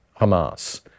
Hamas